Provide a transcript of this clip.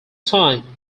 time